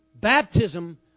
Baptism